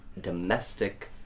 domestic